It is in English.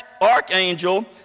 archangel